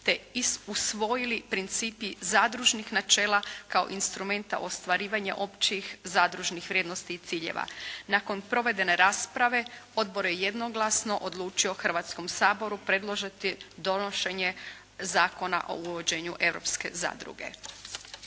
te usvojili principi zadružnih načela kao instrumenta ostvarivanja općih zadružnih vrijednosti i ciljeva. Nakon provedene rasprave odbor je jednoglasno odlučio Hrvatskom saboru predložiti donošenje Zakona o uvođenju europske zadruge.